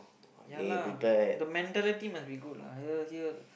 ya lah the mentality must be good lah here here